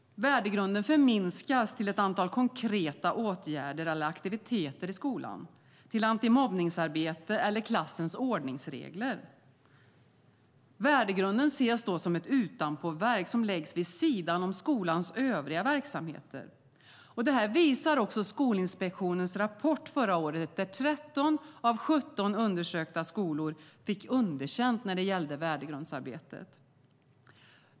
Värdegrunden förminskas till ett antal konkreta åtgärder eller aktiviteter i skolan, till antimobbningsarbete eller klassens ordningsregler. Värdegrunden ses då som ett utanpåverk som läggs vid sidan om skolans övriga verksamheter. Det här visar också Skolinspektionens rapport förra året där 13 av 17 undersökta skolor fick underkänt när det gällde värdegrundsarbetet.